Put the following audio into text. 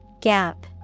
Gap